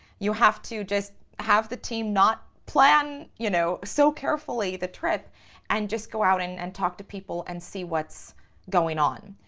you have to just have the team not plan, you know, so carefully the trip and just go out and and talk to people and see what's going on,